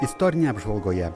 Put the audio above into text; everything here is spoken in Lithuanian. istorinėje apžvalgoje